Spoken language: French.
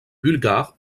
bulgares